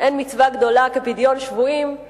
"אין מצווה גדולה כפדיון שבויים";